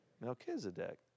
Melchizedek